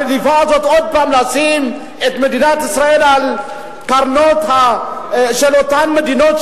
הרדיפה הזאת עוד פעם לשים את מדינת ישראל על קרני אותן מדינות,